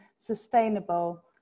sustainable